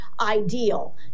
ideal